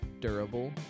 durable